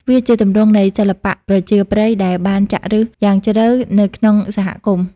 វាជាទម្រង់នៃសិល្បៈប្រជាប្រិយដែលបានចាក់ឫសយ៉ាងជ្រៅនៅក្នុងសហគមន៍។